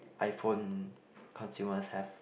um iPhone consumers have